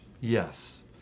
Yes